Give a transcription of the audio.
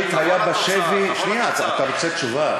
תבוא לתוצאה.